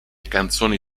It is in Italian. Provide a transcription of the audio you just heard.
canzoni